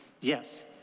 yes